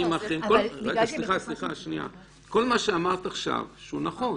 מה שאמרת עכשיו שהוא נכון